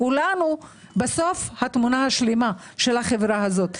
כולנו בסוף התמונה השלמה של החברה הזו.